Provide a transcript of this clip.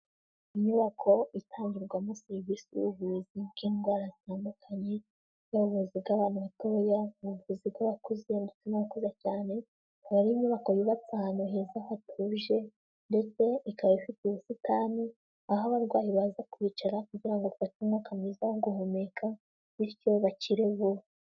Inyubako itangirwamo serivisi y'ubuvuzi bw'indwara zitandukanye, yaba ubuvu bw'abantu batoya, ubuvuzi bw'abakuze ndetse n'abakuze cyane, ikaba ari inyubako yubatse ahantu heza hatuje, ndetse ikaba ifite ubusitani, aho abarwayi baza kwicara kugira ngo bafate umwuka mwiza wo guhumeka, bityo bakire vuba.